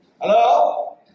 Hello